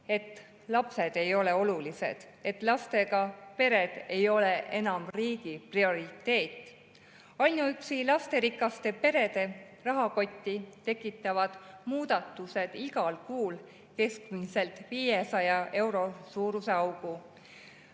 et lapsed ei ole olulised, et lastega pered ei ole enam riigi prioriteet. Ainuüksi lasterikaste perede rahakotti tekitavad muudatused igal kuul keskmiselt 500 euro suuruse augu.